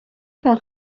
par